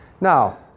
Now